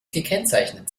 gekennzeichnet